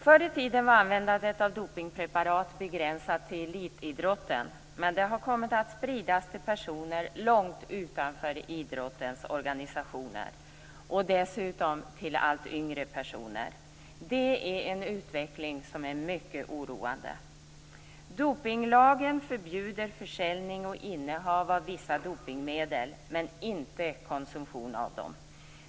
Förr i tiden var användandet av dopningspreparat begränsat till elitidrotten, men det har kommit att spridas till personer långt utanför idrottens organisationer och dessutom till allt yngre personer. Det är en utveckling som är mycket oroande. Dopningslagen förbjuder försäljning och innehav av vissa dopningsmedel men inte konsumtion av dem.